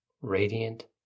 radiant